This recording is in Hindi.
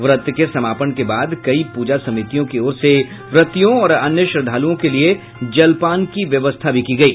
व्रत के समापन के बाद कई पूजा समितियों की ओर से व्रतियों और अन्य श्रद्धालुओं के लिये जलपान की व्यवस्था की गयी